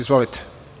Izvolite.